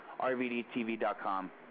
rvdtv.com